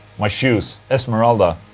my shoes esmeralda.